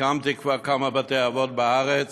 הקמתי כבר כמה בתי-אבות בארץ,